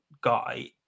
guy